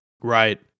Right